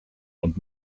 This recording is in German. und